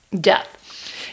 death